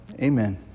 Amen